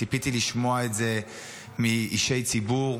ציפיתי לשמוע את זה מאישי ציבור.